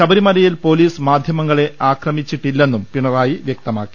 ശബരിമലയിൽ പൊലീസ് മാധ്യമങ്ങളെ ആക്രമിച്ചിട്ടില്ലെന്നും പിണറായി വൃക്തമാക്കി